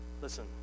listen